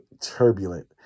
turbulent